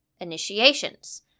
initiations